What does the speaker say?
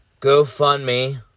GoFundMe